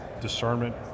discernment